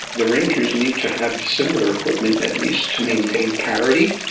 the rangers need to have similar equipment at least to maintain parity,